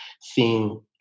seeing